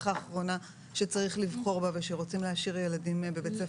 האחרונה שצריך לבחור בה ושרוצים להשאיר ילדים בבית ספר.